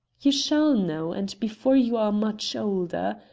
you shall know, and before you are much older.